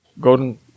Golden